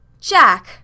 Jack